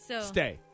stay